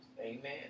Amen